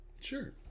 Sure